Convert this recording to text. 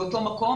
באותו מקום,